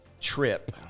trip